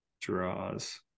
Draws